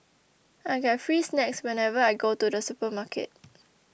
I get free snacks whenever I go to the supermarket